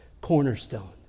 cornerstone